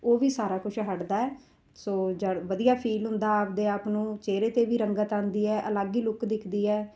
ਉਹ ਵੀ ਸਾਰਾ ਕੁਝ ਹੱਟਦਾ ਹੈ ਸੋ ਜੜ ਵਧੀਆ ਫੀਲ ਹੁੰਦਾ ਆਪਣੇ ਆਪ ਨੂੰ ਚਿਹਰੇ 'ਤੇ ਵੀ ਰੰਗਤ ਆਉਂਦੀ ਹੈ ਅਲੱਗ ਹੀ ਲੁੱਕ ਦਿਖਦੀ ਹੈ